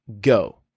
Go